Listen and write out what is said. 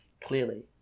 clearly